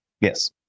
yes